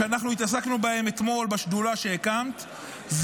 שעסקנו בהם אתמול בשדולה שהקמת,